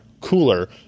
cooler